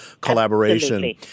collaboration